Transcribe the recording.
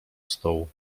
stołu